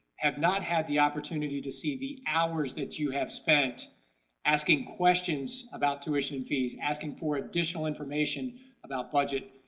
have not had the opportunity to see the hours that you have spent asking questions about tuition fees, asking for additional information about budget.